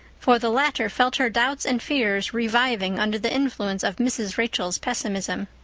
for the latter felt her doubts and fears reviving under the influence of mrs. rachel's pessimism.